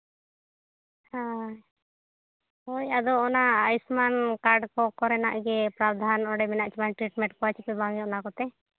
ᱦᱳᱭ ᱦᱳᱭ ᱟᱫᱚ ᱚᱱᱟ ᱟᱭᱩᱥᱢᱟᱱ ᱠᱟᱨᱰ ᱠᱚᱨᱮᱱᱟᱜ ᱜᱮ ᱥᱟᱣᱫᱷᱟᱱ ᱚᱸᱰᱮ ᱢᱮᱱᱟᱜ ᱠᱤᱱᱟᱹ ᱴᱨᱤᱴᱢᱮᱱᱴ ᱠᱚᱣᱟ ᱥᱮ ᱵᱟᱝ ᱜᱮ ᱚᱱᱟ ᱠᱚᱛᱮ